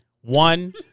one